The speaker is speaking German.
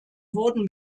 wurden